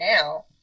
now